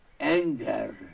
anger